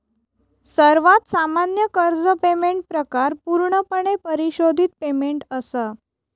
सर्वात सामान्य कर्ज पेमेंट प्रकार पूर्णपणे परिशोधित पेमेंट असा